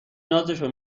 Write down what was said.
نازشو